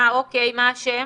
אוקיי, מה השם?